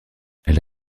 elle